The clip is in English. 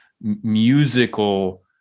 musical